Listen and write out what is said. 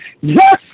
yes